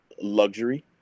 luxury